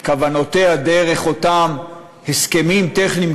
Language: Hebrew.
כוונותיה דרך אותם הסכמים טכניים,